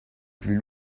plus